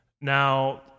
now